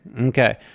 okay